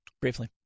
Briefly